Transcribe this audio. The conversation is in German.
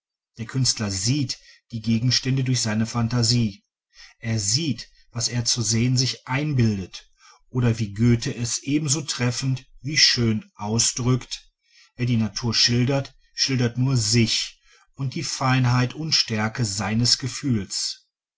der künstler sieht die gegenstände durch seine phantasie er sieht was er zu sehen sich einbildet oder wie goethe es ebenso treffend wie schön ausdrückt wer die natur schildert schildert nur sich und die feinheit und stärke seines gefühls